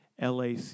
LAC